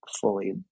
fully